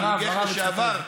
מנהיגך לשעבר.